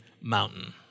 mountain